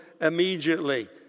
immediately